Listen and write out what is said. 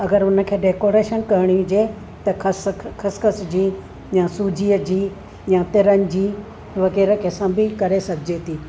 अगरि हुनखे डैकोरेशन करणी हुजे त ख़सख़ ख़सख़स जी या सूजीअ जी या तिरनि जी वग़ैरह कंहिंसां बि करे सघिजे थी